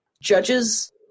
Judges